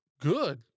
good